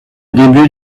début